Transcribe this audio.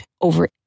over